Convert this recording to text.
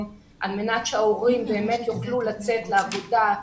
על מנת שההורים באמת יוכלו לצאת לעבודה.